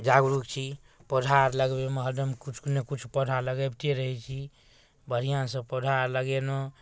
जागरूक छी पौधा आओर लगबैमे हरदम किछु ने किछु पौधा लगाबिते रहै छी बढ़िआँसँ पौधा आओर लगेलहुँ